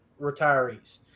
retirees